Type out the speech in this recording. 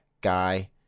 guy